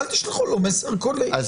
זאת